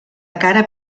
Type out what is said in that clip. cara